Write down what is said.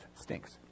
stinks